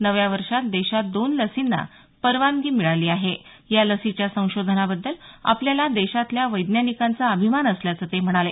नव्या वर्षात देशात दोन लसींना परवानगी मिळाली आहे या लसीच्या संशोधनाबद्दल आपल्याला देशातील वैज्ञानिकांचा अभिमान असल्याचं ते म्हणाले